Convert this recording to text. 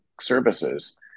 services